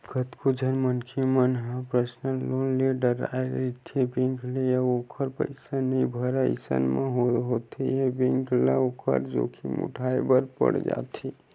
कतको झन मनखे मन ह पर्सनल लोन ले डरथे रहिथे बेंक ले अउ ओखर पइसा नइ भरय अइसन म होथे ये के बेंक ल ओखर जोखिम उठाय बर पड़ जाथे